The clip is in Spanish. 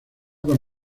con